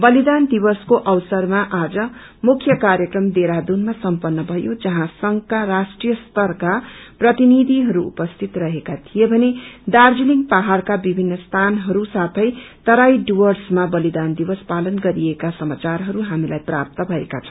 बलिदान दिवसको अवससरमा आज मुख्य कार्यक्रम देहरादूनमा सम्पन्न भयो जहाँ संघका राष्ट्रिय स्तरका प्रतिनिधिहरू उपस्थित रहेका थिए भने दार्जीलिङ पहाड़का विभिन्न स्थानहरूबाट पनि बलिदान दिवस पालन गरिएका समाचारहरू हामीलाई प्राप्त भएका छन्